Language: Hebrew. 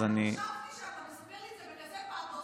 אני מתביישת לראות שחשבתי שאתה מסביר לי את זה בכזה פתוס,